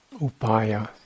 upaya